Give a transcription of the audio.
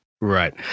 Right